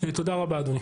תודה רבה אדוני.